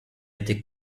été